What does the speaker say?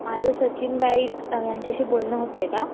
माझं सचिन गाईट यांच्याशी बोलणं होत आहे का